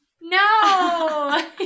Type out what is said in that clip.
No